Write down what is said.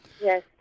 Yes